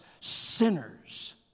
sinners